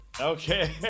Okay